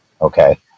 Okay